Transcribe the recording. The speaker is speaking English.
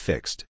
Fixed